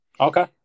Okay